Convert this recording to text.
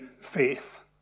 faith